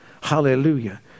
hallelujah